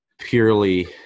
purely